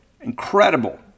Incredible